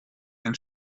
ein